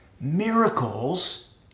Miracles